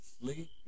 sleep